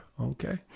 Okay